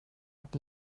att